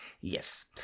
Yes